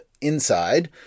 inside